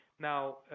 Now